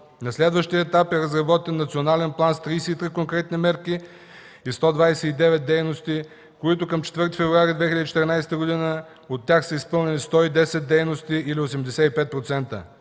На следващия етап е разработен Национален план с 33 конкретни мерки и 129 дейности, от които към 4 февруари 2014 г. са изпълнени 110 дейности или 85%.